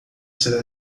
será